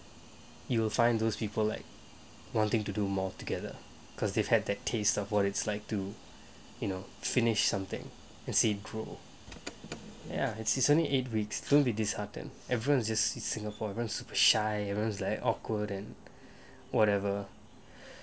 you'll find those people like wanting to do more together because they've had their taste of what it's like to you know finish something and see it grow ya it's only eight weeks don't be disheartened everyone's just in singapore don't be shy everyone's like awkward and whatever